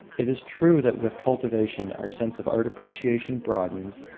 it is true that with cultivation our sense of art appreciation broadens,